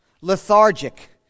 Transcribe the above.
lethargic